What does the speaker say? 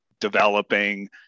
developing